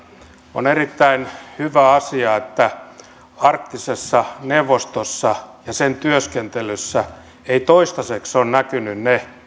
on erittäin hyvä asia että arktisessa neuvostossa ja sen työskentelyssä eivät toistaiseksi ole näkyneet ne